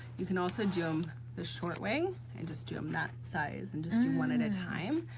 you can also do them the short way and just do them that size, and just do one at a time,